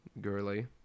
girly